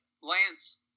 Lance